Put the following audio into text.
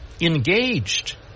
engaged